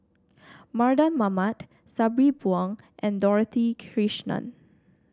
Mardan Mamat Sabri Buang and Dorothy Krishnan